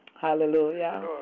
Hallelujah